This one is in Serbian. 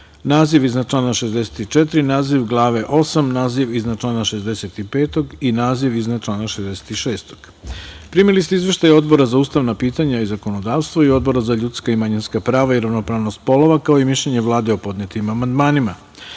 naziv iznad člana 64, naziv glave VIII, naziv iznad člana 65. i naziv iznad člana 66.Primili ste izveštaje Odbora za ustavna pitanja i zakonodavstvo i Odbora za ljudska i manjinska prava i ravnopravnost polova, kao i mišljenje Vlade o podnetim amandmanima. Pošto